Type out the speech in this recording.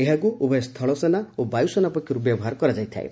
ଏହାକୁ ଉଭୟ ସ୍ଥଳସେନା ଓ ବାୟୁସେନା ପକ୍ଷରୁ ବ୍ୟବହାର କରାଯାଇଥାଏ